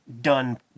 done